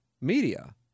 media